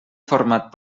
format